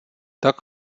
tak